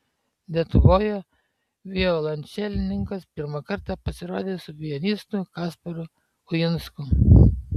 lietuvoje violončelininkas pirmą kartą pasirodys su pianistu kasparu uinsku